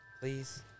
Please